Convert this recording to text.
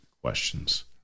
questions